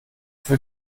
für